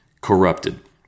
corrupted